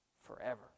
forever